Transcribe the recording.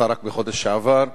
שיצא רק בחודש שעבר,